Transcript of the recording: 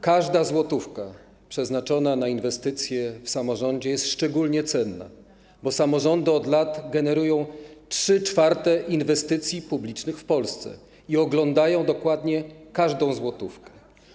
Każda złotówka przeznaczona na inwestycję w samorządzie jest szczególnie cenna, bo samorządy od lat generują 3/4 inwestycji publicznych w Polsce i oglądają dokładnie każdą złotówkę.